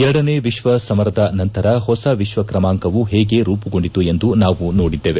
ಎರಡನೇ ವಿಶ್ವ ಸಮರದ ನಂತರ ಹೊಸ ವಿಶ್ವ ಕ್ರಮಾಂಕವು ಹೇಗೆ ರೂಪುಗೊಂಡಿತು ಎಂದು ನಾವು ನೋಡಿದ್ದೇವೆ